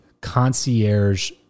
concierge